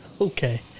Okay